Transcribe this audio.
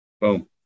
Boom